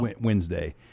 Wednesday